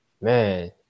Man